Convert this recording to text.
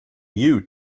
you